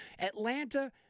Atlanta